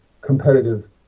competitive